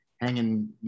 hanging